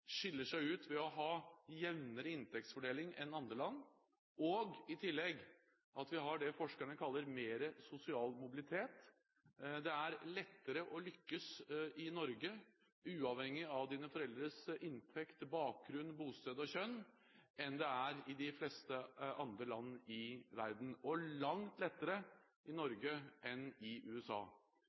skiller seg ut ved å ha en jevnere inntektsfordeling enn andre land, og i tillegg at vi har det forskerne kaller mer sosial mobilitet. Det er lettere å lykkes i Norge, uavhengig av foreldrenes inntekt, bakgrunn, bosted og kjønn, enn i de fleste andre land i verden – og langt lettere i Norge enn i USA.